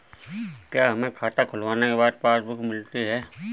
क्या हमें खाता खुलवाने के बाद पासबुक मिलती है?